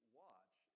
watch